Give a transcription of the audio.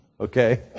okay